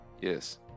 Yes